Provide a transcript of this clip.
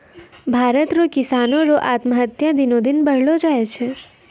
भारत रो किसानो रो आत्महत्या दिनो दिन बढ़लो जाय छै